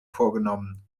vorgenommen